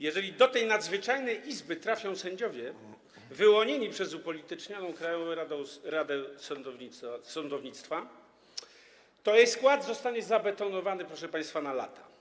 Jeżeli do tej nadzwyczajnej izby trafią sędziowie wyłonieni przez upolitycznioną Krajową Radę Sądownictwa, to jej skład zostanie zabetonowany, proszę państwa, na lata.